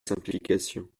simplification